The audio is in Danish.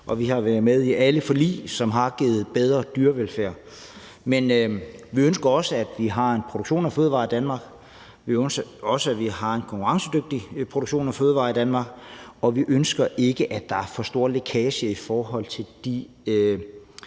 Og vi har været med i alle forlig, som har givet bedre dyrevelfærd. Men vi ønsker også, at vi har en produktion af fødevarer i Danmark, og vi ønsker også, at vi har en konkurrencedygtig produktion af fødevarer i Danmark, og vi ønsker ikke, at der er for stor lækage i forhold til de